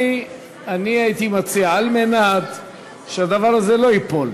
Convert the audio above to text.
אני הייתי מציע, על מנת שהדבר הזה לא ייפול,